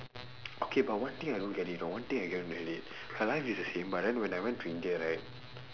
okay but one thing I don't get it know one thing I don't get it her life is the same but then when I went to india right